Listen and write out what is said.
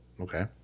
Okay